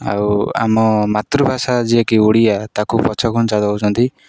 ଆଉ ଆମ ମାତୃଭାଷା ଯିଏକି ଓଡ଼ିଆ ତାକୁ ପଛଘୁଞ୍ଚା ଦେଉଛନ୍ତି